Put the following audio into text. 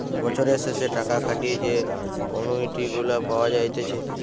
বছরের শেষে টাকা খাটিয়ে যে অনুইটি গুলা পাওয়া যাইতেছে